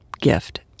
gift